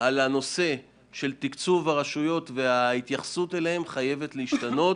על הנושא של תקצוב הרשויות והתייחסות אליהן חייבת להשתנות,